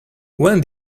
when